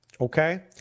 okay